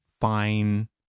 fine